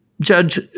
Judge